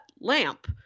lamp